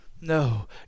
no